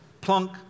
Plunk